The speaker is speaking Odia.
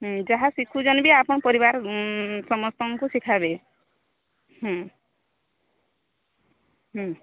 ହୁଁ ଯାହା ଶିଖୁଛନ୍ତି ବି ଆପଣଙ୍କର ପରିବାର ସମସ୍ତଙ୍କୁ ଶିଖାଇବେ ହୁଁ ହୁଁ